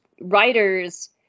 writers